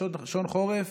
בשעון חורף,